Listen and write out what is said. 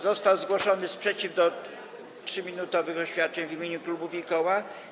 Został zgłoszony sprzeciw wobec 3-minutowych oświadczeń w imieniu klubów i koła.